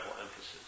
emphasis